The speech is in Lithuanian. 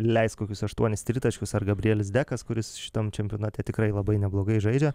leis kokius aštuonis tritaškius ar gabrielius dekas kuris šitam čempionate tikrai labai neblogai žaidžia